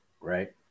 right